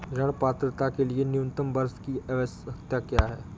ऋण पात्रता के लिए न्यूनतम वर्ष की आवश्यकता क्या है?